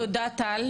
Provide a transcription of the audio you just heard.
תודה, טל.